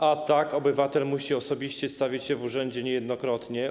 A tak obywatel musi osobiście stawić się w urzędzie niejednokrotnie.